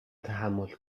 تحمل